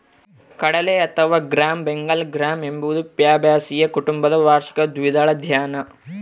ಕಡಲೆ ಅಥವಾ gram Bengal gram ಎಂಬುದು ಫ್ಯಾಬಾಸಿಯ ಕುಟುಂಬದ ವಾರ್ಷಿಕ ದ್ವಿದಳ ಧಾನ್ಯ